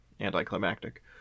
anticlimactic